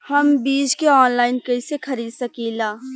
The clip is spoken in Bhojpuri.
हम बीज के आनलाइन कइसे खरीद सकीला?